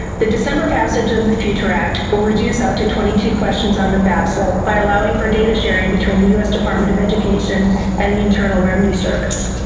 the december passage of the future act will reduce up to twenty two questions on the fafsa by allowing for data sharing between the u s. department of education and the internal revenue service.